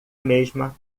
mesma